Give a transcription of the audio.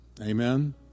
Amen